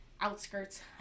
outskirts